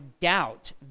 doubt